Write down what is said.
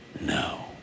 no